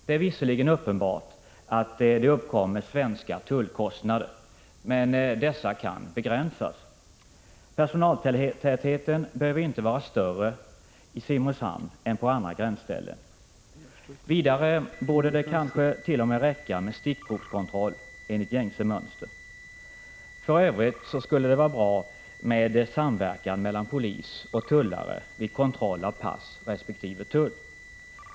Det är visserligen uppenbart att det uppkommer svenska tullkostnader, men dessa kan begränsas. Personaltätheten behöver inte vara större i Simrishamn än på andra gränsställen. Vidare borde det kanske t.o.m. räcka med stickprovs 13 kontroll enligt gängse mönster. För övrigt skulle det vara bra med samverkan mellan polis och tullare vid kontroll av pass resp. tull.